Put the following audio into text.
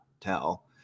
tell